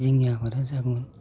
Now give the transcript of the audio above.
जोंनि आबादा जागोन